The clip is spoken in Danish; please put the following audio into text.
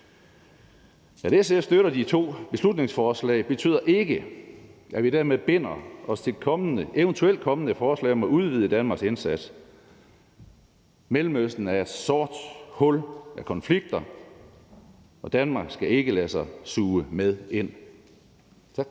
At SF støtter de to beslutningsforslag, betyder ikke, at vi dermed binder os til eventuelt kommende forslag om at udvide Danmarks indsats. Mellemøsten er et sort hul af konflikter, og Danmark skal ikke lade sig suge med ind. Tak.